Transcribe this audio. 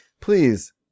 Please